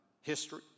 history